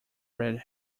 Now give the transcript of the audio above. red